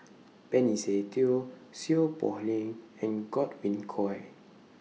Benny Se Teo Seow Poh Leng and Godwin Koay